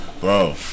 Bro